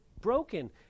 broken